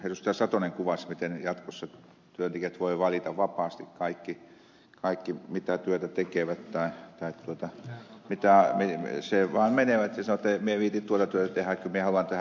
satonen kuvasi miten jatkossa työntekijät voivat kaikki valita vapaasti mitä työtä tekevät tai vaan menevät ja sanovat että en minä viitsi tuota työtä tehdä kun minä haluan tehdä tuota työtä